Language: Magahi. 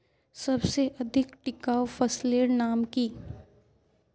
सबसे अधिक टिकाऊ फसलेर नाम की?